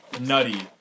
Nutty